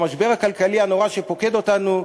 במשבר הכלכלי הנורא שפוקד אותנו,